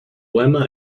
lemma